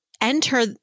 enter